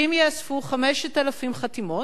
שאם ייאספו 5,000 חתימות,